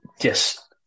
Yes